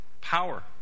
power